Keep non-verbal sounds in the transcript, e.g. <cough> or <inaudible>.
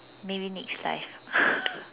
maybe next life <laughs>